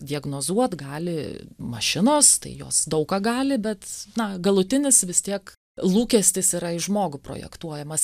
diagnozuot gali mašinos tai jos daug ką gali bet na galutinis vis tiek lūkestis yra į žmogų projektuojamas